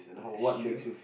that's true